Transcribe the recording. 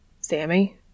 Sammy